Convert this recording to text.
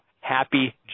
happy